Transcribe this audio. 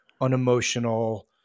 unemotional